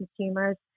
consumers